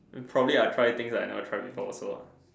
we probably I try things I never try before